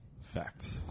Fact